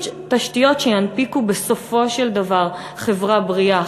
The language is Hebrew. תשתיות שינפיקו בסופו של דבר חברה בריאה,